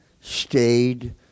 stayed